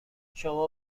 شما